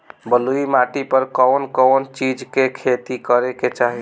बलुई माटी पर कउन कउन चिज के खेती करे के चाही?